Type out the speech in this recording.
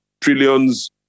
trillions